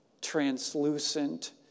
translucent